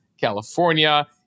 California